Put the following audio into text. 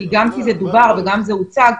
כי זה דובר וגם הוצג,